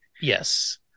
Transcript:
Yes